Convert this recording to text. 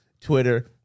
Twitter